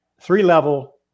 three-level